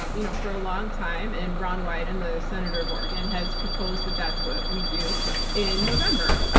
um you know for a long time. and ron wyden, the senator of oregon, has proposed that that's what we do in november.